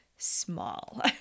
small